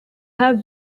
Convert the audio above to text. have